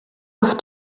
off